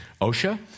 Osha